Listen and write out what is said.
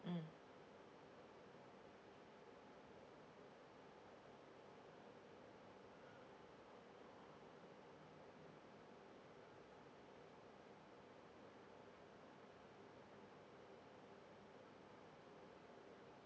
mm